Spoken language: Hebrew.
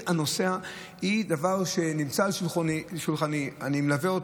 הנוסע הוא דבר שנמצא על שולחני ואני מלווה אותו.